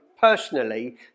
personally